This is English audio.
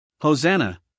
Hosanna